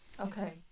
okay